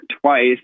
twice